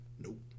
Nope